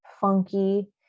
funky